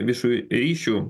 viešųjų ryšių